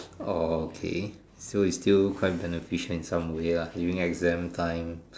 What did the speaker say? orh okay so it's still quite beneficial in some way ah during exam time